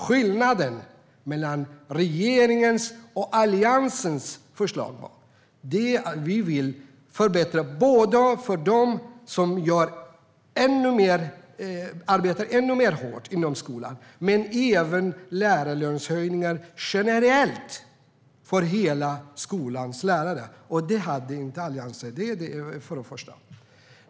Skillnaden mellan regeringens och Alliansens förslag är att vi både vill förbättra för dem som arbetar ännu hårdare i skolan och höja alla lärarlöner generellt. Det ville inte Alliansen.